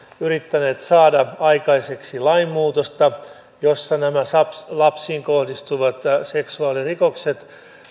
yrittäneet saada aikaiseksi lainmuutosta jossa nämä lapsiin kohdistuvat seksuaalirikokset